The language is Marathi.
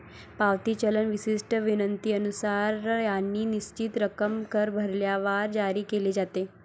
पावती चलन विशिष्ट विनंतीनुसार आणि निश्चित रक्कम कर भरल्यावर जारी केले जाते